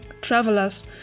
travelers